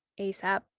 ASAP